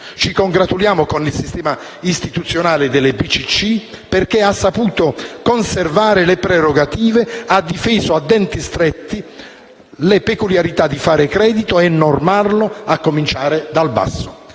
Ci congratuliamo con il sistema istituzionale delle BCC, perché ha saputo conservare le sue prerogative e ha difeso a denti stretti le peculiarità di fare credito e di normarlo, a cominciare dal basso.